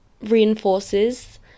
reinforces